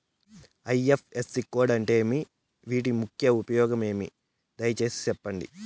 IFSC code అంటే ఏమి? వీటి ముఖ్య ఉపయోగం ఏమి? దయసేసి సెప్పండి?